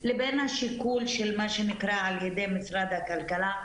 לבין השיקול של מה שנקרא על ידי משרד הכלכלה,